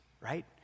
right